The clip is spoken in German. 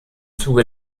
zuge